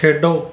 ਖੇਡੋ